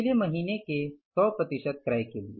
पिछले महीनों के 100 प्रतिशत क्रय के लिए